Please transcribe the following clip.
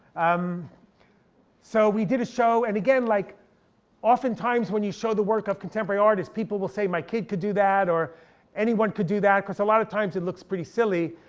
um so we did a show, and again like oftentimes when you show the work of contemporary artists people will say my kid could do that, or anyone could do that. because a lot of times it looks pretty silly.